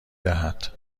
دهد